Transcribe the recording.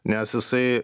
nes jisai